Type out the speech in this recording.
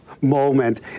moment